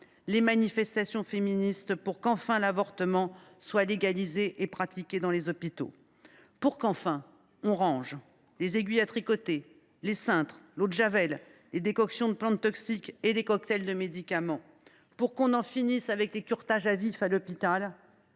les manifestations féministes, pour qu’enfin l’avortement soit légalisé et pratiqué dans les hôpitaux. Il aura fallu tout cela pour qu’enfin on range les aiguilles à tricoter, les cintres, l’eau de javel, les décoctions de plantes toxiques et les cocktails de médicaments, pour qu’on en finisse avec les curetages à vif dans les hôpitaux